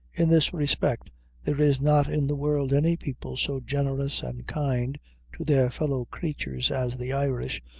in this respect there is not in the world any people so generous and kind to their fellow-creatures as the irish,